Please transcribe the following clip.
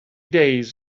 days